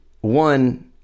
one